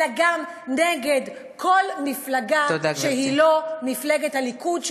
אלא גם נגד כל מפלגה שהיא לא מפלגת הליכוד,